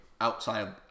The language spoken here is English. outside